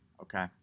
Okay